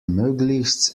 möglichst